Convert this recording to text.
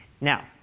Now